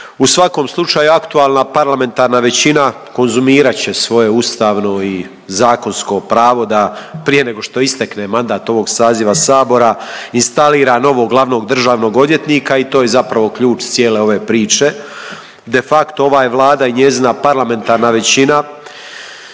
U svakom slučaju aktualna parlamentarna većina konzumirat će svoje ustavno i zakonsko pravo da prije nego što istekne mandat ovog saziva sabora instalira novog glavnog državnog odvjetnika i to je zapravo ključ cijele ove priče, de facto ova je Vlada i njezina parlamentarna većina,